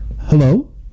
Hello